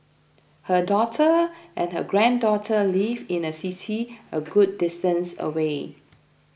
her daughter and her granddaughter live in a city a good distance away